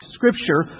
Scripture